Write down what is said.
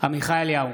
עמיחי אליהו,